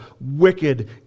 wicked